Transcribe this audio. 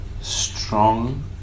strong